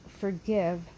forgive